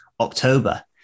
October